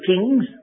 Kings